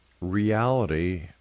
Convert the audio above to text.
reality